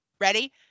ready